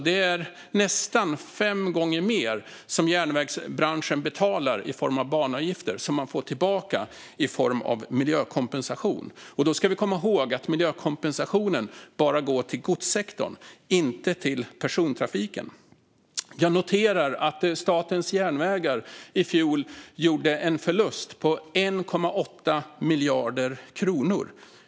Järnvägsbranschen betalar alltså nästan fem gånger mer i banavgifter än vad man får tillbaka i form av miljökompensation. Då ska vi komma ihåg att miljökompensationen bara går till godssektorn, inte till persontrafiken. Jag noterar att Statens Järnvägar i fjol gjorde en förlust på 1,8 miljarder kronor.